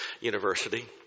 university